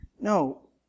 No